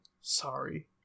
Sorry